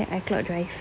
there icloud drive